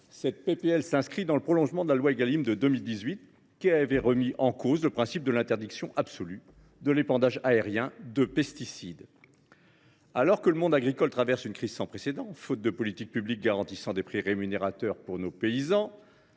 de loi s’inscrit dans le prolongement de la loi Égalim de 2018, qui avait remis en cause le principe de l’interdiction absolue de l’épandage aérien de pesticides. Alors que le monde agricole traverse une crise sans précédent, faute de politiques publiques garantissant des prix rémunérateurs pour nos paysans,